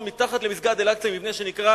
מתחת למסגד אל-אקצא ישנו מבנה שנקרא